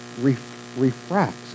refracts